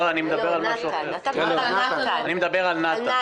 לא, אני מדבר על משהו אחר, אני מדבר על נתן.